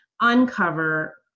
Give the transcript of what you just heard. uncover